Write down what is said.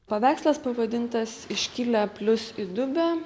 paveikslas pavadintas iškilę plius įdubę